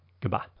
Goodbye